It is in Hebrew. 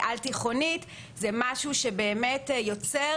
על תיכונית יוצר